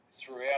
throughout